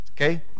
okay